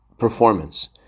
performance